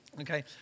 Okay